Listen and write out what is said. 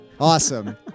Awesome